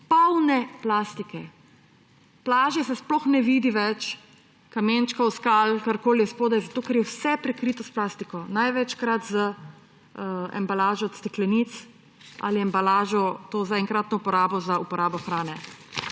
polne plastike. Plaže se sploh ne vidi več, kamenčkov, skal, karkoli je spodaj, zato ker je vse prikrito s plastiko, največkrat z embalažo steklenic ali z embalažo za enkratno uporabo za hrano.